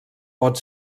pot